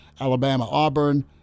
Alabama-Auburn